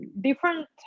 different